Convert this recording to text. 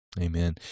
Amen